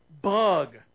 bug